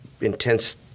intense